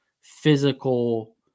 physical